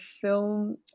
film